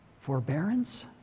forbearance